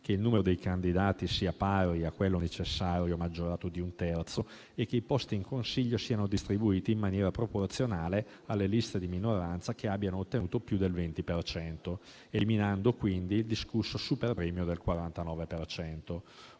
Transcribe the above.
che il numero dei candidati sia pari a quello necessario, maggiorato di un terzo, e che i posti in consiglio siano distribuiti in maniera proporzionale alle liste di minoranza che abbiano ottenuto più del 20 per cento, eliminando quindi il discusso super premio del 49